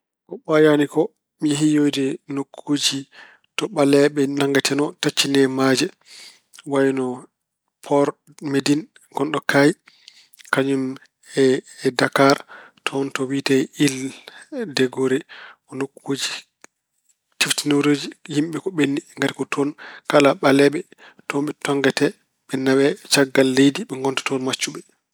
Ko ɓooyaani ko mi yehi yiyoyde nokkuuji to ɓaleeɓe nangeteno taccine maaje ko wayno Poor Medin gonɗo Kaayi kañum e Dakar toon to wiyetee Il de Gore. Nokkuuji ciftinorooji yimɓe ko ɓenni ngati ko toon kala ɓaleeɓe, ko toon ɓe toggate, ɓe nawe caggal leydi ɓe ngonta toon maccuɓe.